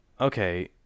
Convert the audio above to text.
okay